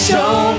Show